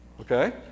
okay